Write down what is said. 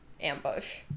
ambush